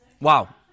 wow